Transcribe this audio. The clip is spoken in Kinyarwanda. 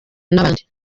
n’abandi